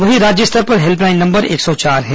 वहीं राज्य स्तर पर हेल्पलाइन नंबर एक सौ चार है